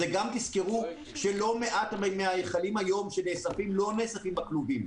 תזכרו שלא מעט מהמכלים שנאספים היום לא נאספים בכלובים.